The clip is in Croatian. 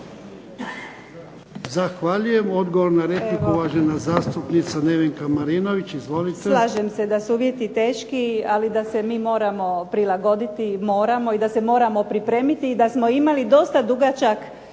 Zahvaljujem. Odgovor na repliku uvažena zastupnica Nevenka Marinović. Izvolite. **Marinović, Nevenka (HDZ)** Slažem se da su uvjeti teški, ali da se mi moramo prilagoditi moramo i da se moramo pripremiti i da smo imali dosta dugačak